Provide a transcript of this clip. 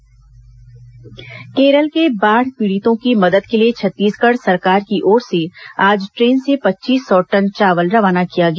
केरल मदद केरल के बाढ़ पीड़ितों की मदद के लिए छत्तीसगढ़ सरकार की ओर से आज ट्रेन से पच्चीस सौ टन चावल रवाना किया गया